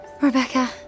Rebecca